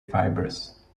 fibrous